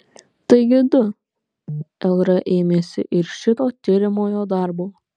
taigi du lr ėmėsi ir šito tiriamojo darbo